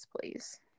please